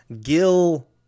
Gil